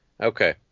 Okay